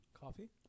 Coffee